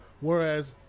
whereas